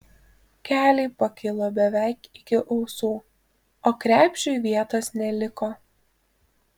keliai pakilo beveik iki ausų o krepšiui vietos neliko